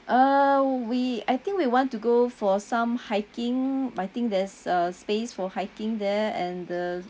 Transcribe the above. uh we I think we want to go for some hiking I think there's a space for hiking there and the